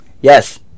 Yes